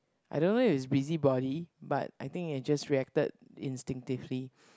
I don't know is busybody but I think I just reacted instinctively